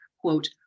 quote